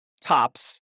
tops